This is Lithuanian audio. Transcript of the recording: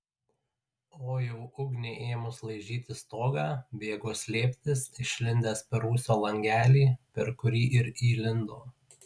o jau ugniai ėmus laižyti stogą bėgo slėptis išlindęs per rūsio langelį per kurį ir įlindo